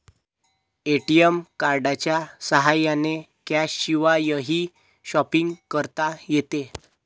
ATM कार्डच्या साह्याने कॅशशिवायही शॉपिंग करता येते